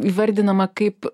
įvardinama kaip